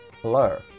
Hello